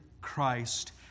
Christ